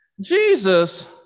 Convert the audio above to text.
Jesus